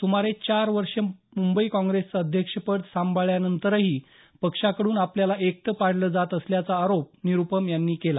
सुमारे चार वर्ष मुंबई काँग्रेसचं अध्यक्षपद सांभाळल्यानंतरही पक्षाकडून आपल्याला एकटं पाडलं जात असल्याचा आरोप निरुपम यांनी केला